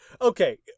Okay